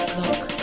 look